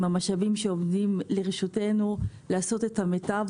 המשאבים שעומדים לרשותנו לעשות את המיטב,